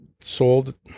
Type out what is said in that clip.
sold